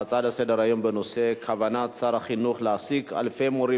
ההצעות לסדר-היום בנושא כוונת שר החינוך להעסיק אלפי מורים